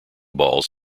balls